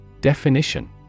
Definition